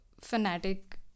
fanatic